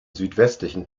südwestlichen